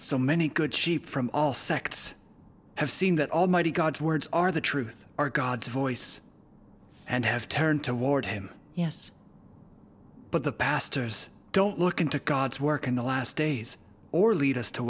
so many good cheape from all sects have seen that almighty god's words are the truth are god's voice and have turned toward him yes but the pastors don't look into god's work in the last days or lead us to